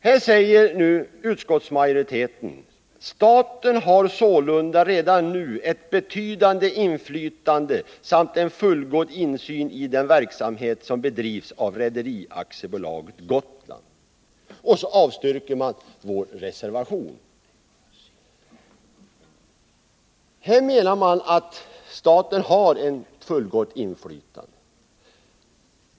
Här säger utskottsmajoriteten: ”Staten har sålunda redan nu ett betydande inflytande samt en fullgod insyn i den verksamhet som bedrivs av Rederi AB Gotland.” Och så avstyrker man vårt motionsyrkande. Man menar att staten har ett fullgott inflytande.